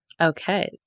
Okay